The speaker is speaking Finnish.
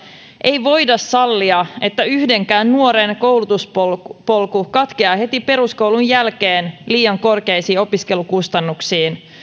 ei voida sallia että yhdenkään nuoren koulutuspolku katkeaa heti peruskoulun jälkeen liian korkeisiin opiskelukustannuksiin